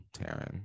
Taryn